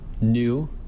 new